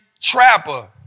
trapper